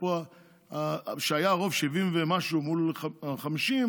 כשהיה רוב 70 ומשהו מול 50,